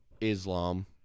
Islam